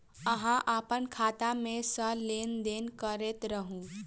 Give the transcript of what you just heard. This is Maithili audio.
अहाँ अप्पन खाता मे सँ लेन देन करैत रहू?